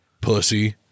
pussy